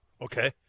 Okay